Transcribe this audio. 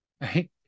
right